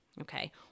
Okay